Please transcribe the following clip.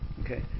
Okay